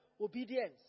obedience